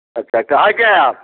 अच्छा कहाँ के हैं आप